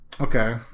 Okay